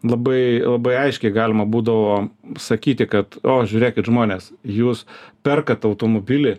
labai labai aiškiai galima būdavo sakyti kad o žiūrėkit žmonės jūs perkat automobilį